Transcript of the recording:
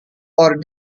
are